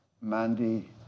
Mandy